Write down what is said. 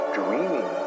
dreaming